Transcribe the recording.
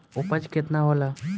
उपज केतना होला?